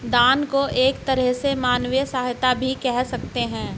दान को एक तरह से मानवीय सहायता भी कह सकते हैं